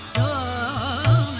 o